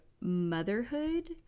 motherhood